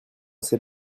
sait